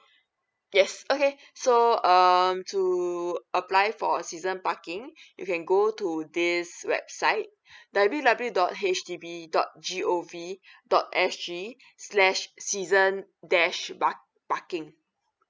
yes okay so um to apply for a season parking you can go to this website W W dot H D B dot D O V dot S G slash season dash park parking